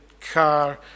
car